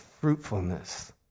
fruitfulness